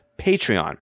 Patreon